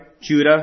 Judah